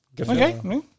Okay